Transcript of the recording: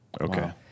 Okay